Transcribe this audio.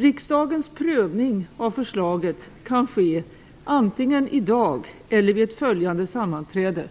Riksdagens prövning av förslaget kan ske antingen i dag eller vid ett följande sammanträde,